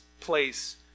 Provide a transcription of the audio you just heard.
place